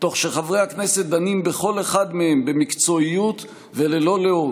וחברי הכנסת דנו בכל אחד מהם במקצועיות וללא לאות,